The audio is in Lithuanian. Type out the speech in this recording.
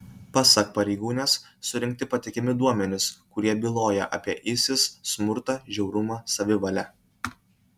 pasak pareigūnės surinkti patikimi duomenys kurie byloja apie isis smurtą žiaurumą savivalę